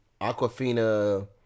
Aquafina